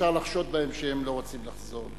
אפשר לחשוד בהם שהם לא רוצים לחזור,